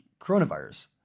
coronavirus